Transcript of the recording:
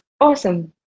awesome